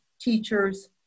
teachers